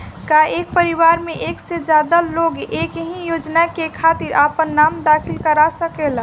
का एक परिवार में एक से ज्यादा लोग एक ही योजना के खातिर आपन नाम दाखिल करा सकेला?